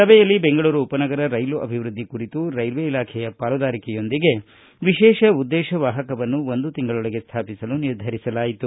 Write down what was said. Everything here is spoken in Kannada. ಸಭೆಯಲ್ಲಿ ಬೆಂಗಳೂರು ಉಪ ನಗರ ರೈಲು ಅಭಿವ್ಯದ್ದಿ ಕುರಿತು ರೈಲ್ವೆ ಇಲಾಖೆಯ ಪಾಲುದಾರಿಕೆಯೊಂದಿಗೆ ವಿಶೇಷ ಉದ್ದೇಶ ವಾಹಕವನ್ನು ಒಂದು ತಿಂಗಳೊಳಗೆ ಸ್ಟಾಪಿಸಲು ನಿರ್ಧರಿಸಲಾಯಿತು